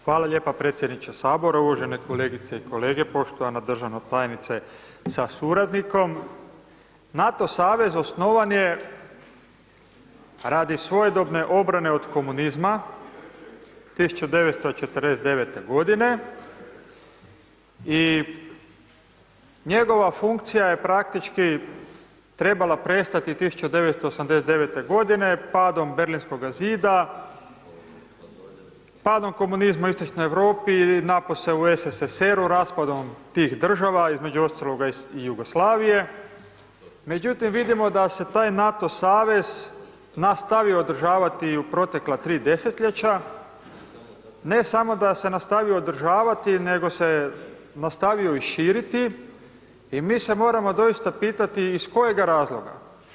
Hvala lijepa predsjedniče sabora, uvažene kolegice i kolege, poštovana državna tajnice sa suradnikom, NATO savez osnovan je radi svojedobne obrane od komunizma 1949. godine i njegova funkcija je praktički trebala prestati 1989. godine padom Berlinskoga zida, padom komunizma u Istočnoj Europi, napose u SSSR-u, raspadom tih država, između ostaloga i Jugoslavije, međutim vidimo da se taj NATO savez nastavio održavati i u proteklih 3 desetljeće, ne samo da se nastavio održavati, nego se nastavio i širiti i mi se moramo doista pitati iz kojega razloga.